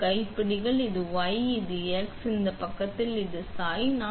இங்கே இந்த கைப்பிடிகள் இங்கே இது ஒரு y இது x இந்த பக்கத்தில் உள்ளது மற்றும் இது சாய்